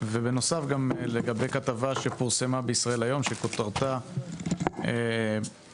ובנוסף גם לגבי כתבה שפורסמה ב"ישראל היום" שכותרתה "מהפך